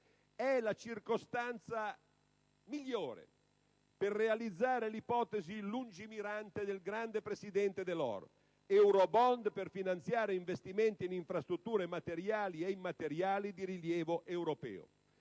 È la circostanza migliore per realizzare l'ipotesi lungimirante del grande presidente Delors: *eurobond* per finanziare investimenti in infrastrutture, materiali e immateriali, di rilievo europeo.